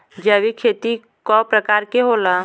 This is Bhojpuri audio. जैविक खेती कव प्रकार के होला?